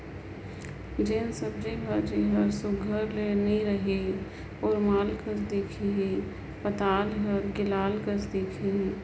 जेन सब्जी भाजी हर सुग्घर ले नी रही लोरमाल कस दिखही पताल हर गिलाल कस दिखही